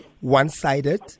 one-sided